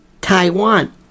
Taiwan